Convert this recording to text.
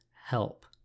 help